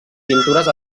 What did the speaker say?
pintures